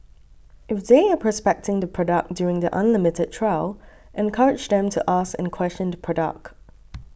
if they are prospecting the product during the unlimited trial encourage them to ask and question the product